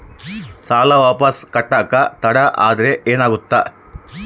ಸಾಲ ವಾಪಸ್ ಕಟ್ಟಕ ತಡ ಆದ್ರ ಏನಾಗುತ್ತ?